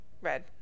Red